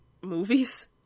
movies